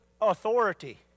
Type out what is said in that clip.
authority